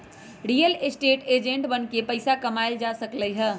real estate agent बनके पइसा कमाएल जा सकलई ह